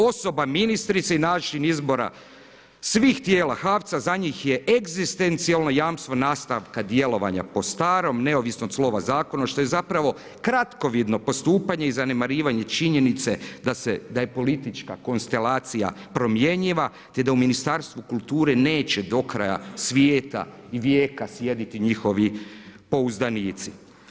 Osoba ministrica i način izbora svih tijela HAVC-a za njih je egzistencijalno jamstvo nastavka djelovanja po starom, neovisno od slova zakona, što je zapravo kratkovidno postupanje i zanemarivanje činjenice da je politička konstelacija promjenjiva, te da u Ministarstvu kulture neće do kraja svijeta i vijeka sjediti njihovi pouzdanici.